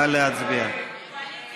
יחיאל חיליק בר,